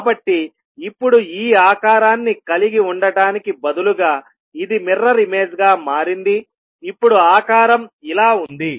కాబట్టి ఇప్పుడు ఈ ఆకారాన్ని కలిగి ఉండటానికి బదులుగా ఇది మిర్రర్ ఇమేజ్ గా మారింది ఇప్పుడు ఆకారం ఇలా ఉంది